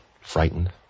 frightened